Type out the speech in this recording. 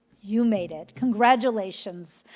you made it. congratulations.